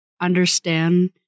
understand